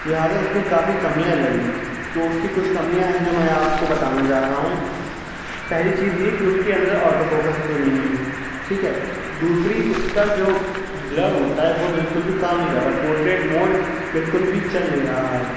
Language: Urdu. لہٰذا اس میں کافی کمیاں لگی تو اس کی کچھ کمیاں ہیں جو میں آپ کو بتانا جا رہا ہوں پہلی چیز یہ کہ اس کے اندر آٹو فوکس نہیں ہے ٹھیک ہے دوسری اس کا جو بلر ہوتا ہے وہ بالکل بھی کام نہیں کر رہا پورٹریٹ موڈ بالکل بھی چل نہیں رہا ہے